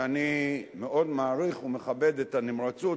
שאני מאוד מעריך ומכבד את הנמרצות,